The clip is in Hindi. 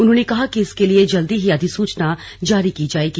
उन्होंने कहा कि इसके लिए जल्दी ही अधिसूचना जारी की जाएगी